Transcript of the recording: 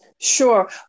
Sure